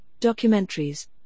documentaries